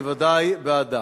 אני ודאי בעדה.